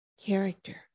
character